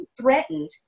threatened